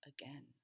again